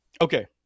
okay